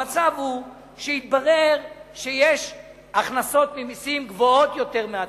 המצב הוא שהתברר שההכנסות ממסים הן יותר גבוהות מהצפי,